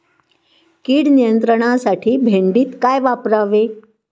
कीड नियंत्रणासाठी भेंडीत काय वापरावे?